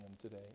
today